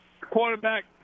Quarterback